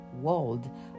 world